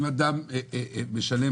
אם אדם היה משלם